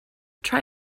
try